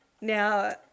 Now